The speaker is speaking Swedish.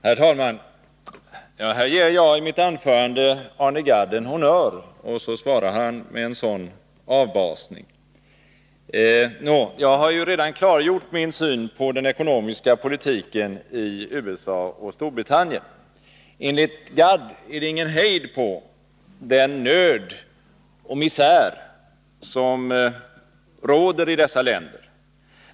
Herr talman! Här ger jag i mitt anförande Arne Gadd en honnör, och så svarar han med en sådan avbasning. Jag har redan klargjort min syn på den ekonomiska politiken i USA och Storbritannien. Enligt Arne Gadd är det ingen hejd på den nöd och misär som råder i dessa länder.